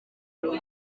karere